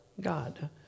God